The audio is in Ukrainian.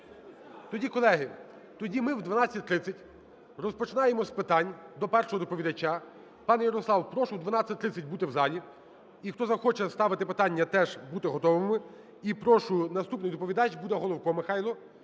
Тоді, колеги, ми в 12:30 розпочинаємо з питань до першого доповідача. Пане Ярослав, прошу в 12:30 бути в залі. І хто захоче ставити питання теж бути готовими. І прошу: наступний доповідач буде Головко Михайло.